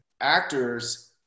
actors